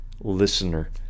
listener